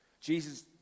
Jesus